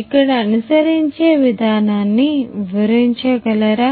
ఇక్కడ అనుసరించే విధానాన్ని వివరించగలరా